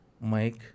mic